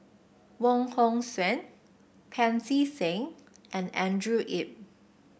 Wong Hong Suen Pancy Seng and Andrew Yip